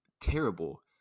terrible